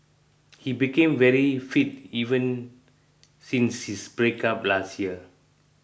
he became very fit even since his breakup last year